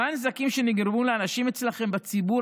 מה הנזקים שנגרמו לאנשים אצלכם בציבור